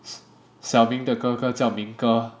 小明的哥哥叫明哥